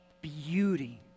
beauty